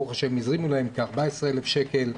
ברוך ה' הזרימו להם כ-14,000 שקל.